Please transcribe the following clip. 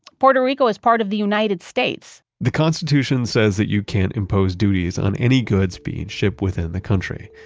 puerto rico is part of the united states. the constitution says that you can't impose duties on any goods being shipped within the country.